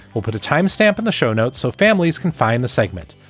we'll put a time stamp in the show notes so families can find the segment.